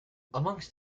amongst